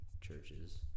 churches